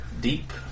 Deep